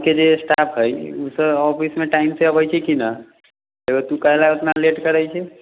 ऑफिसके जे स्टाफ हइ उसभ ऑफिसमे टाइमसँ अबै छै कि नहि एकगो तू काहे लए उतना लेट करै छी